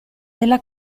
della